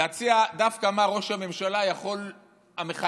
להציע, דווקא מה ראש הממשלה המכהן,